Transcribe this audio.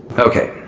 okay.